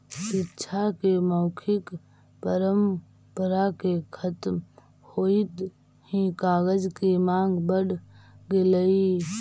शिक्षा के मौखिक परम्परा के खत्म होइत ही कागज के माँग बढ़ गेलइ